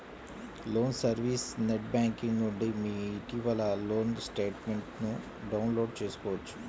loan service net banking నుండి మీ ఇటీవలి లోన్ స్టేట్మెంట్ను డౌన్లోడ్ చేసుకోవచ్చు